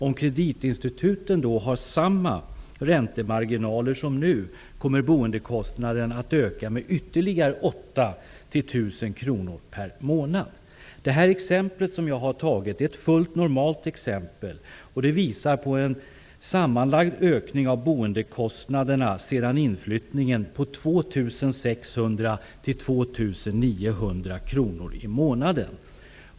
Om kreditinstituten då har samma räntemarginaler som nu kommer boendekostnaden att öka med ytterligare 800--1 000 kr per månad. Detta är ett fullt normalt exempel, och det visar på en sammanlagd ökning av boendekostnaderna sedan inflyttningen på 2 600--2 900 kr i månaden.